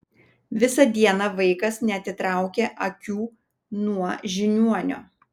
visą dieną vaikas neatitraukė akių nuo žiniuonio